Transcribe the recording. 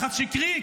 לחץ שקרי,